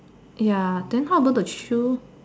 ya then how about the shoe